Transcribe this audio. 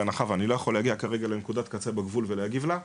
בהנחה ואני לא יכול להגיע כרגע לנקודת קצה בגבול ולהגיב לה.